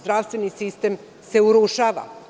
Zdravstveni sistem se urušava.